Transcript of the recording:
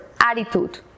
attitude